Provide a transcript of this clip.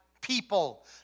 people